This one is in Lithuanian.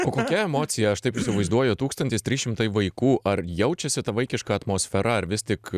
o kokia emocija aš taip įsivaizduoju tūkstantis trys šimtai vaikų ar jaučiasi ta vaikiška atmosfera ar vis tik